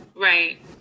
Right